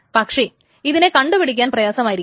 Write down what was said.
പക്ഷെ ഇതിനെ കണ്ടു പിടിക്കാൻ പ്രയാസമായിരിക്കും